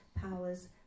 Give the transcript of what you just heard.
powers